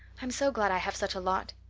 i'm so glad i have such a lot.